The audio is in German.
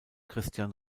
christian